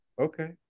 okay